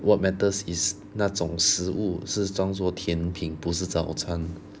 what matters is 那种食物是算做甜品不是早餐